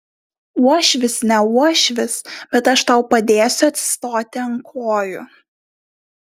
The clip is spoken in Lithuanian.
uošvis ne uošvis bet aš tau padėsiu atsistoti ant kojų